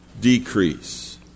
decrease